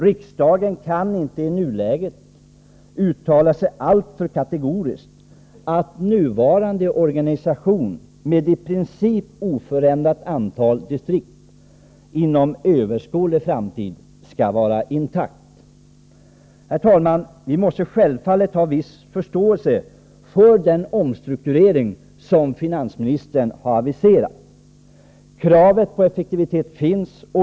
Riksdagen kan inte i nuläget uttala sig alltför kategoriskt att nuvarande organisation, med i princip oförändrat antal distrikt, inom överskådlig framtid skall förbli intakt. Vi måste självfallet ha viss förståelse för den omstrukturering som finansministern har aviserat. Kravet på effektivitet finns.